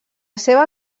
seva